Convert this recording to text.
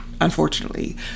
unfortunately